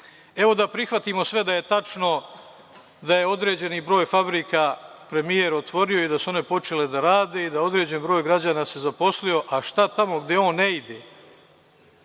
da prihvatimo sve da je tačno, da je određeni broj fabrika premijer otvorio i da su one počele da rade i da određeni broj građana se zaposlio, a šta tamo gde on ne ide?